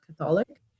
Catholic